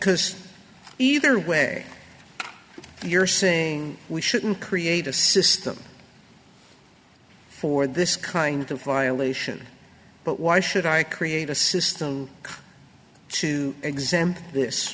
because either way you're saying we shouldn't create a system for this kind of violation but why should i create a system to exempt this